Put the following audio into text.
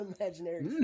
imaginary